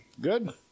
good